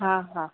हा हा